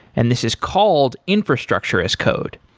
and this is called infrastructure as code.